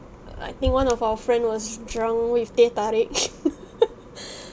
err I think one of our friend was drunk with teh tarik